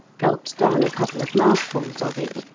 gulped down a couple of mouthfuls of it,